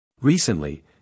Recently